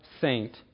saint